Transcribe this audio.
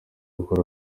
gukora